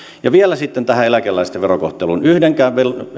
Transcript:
vielä sitten eläkeläisten verokohteluun yhdenkään